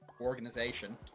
organization